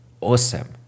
awesome